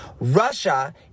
Russia